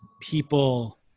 people